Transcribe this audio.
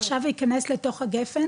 עכשיו ייכנס לתוך הגפן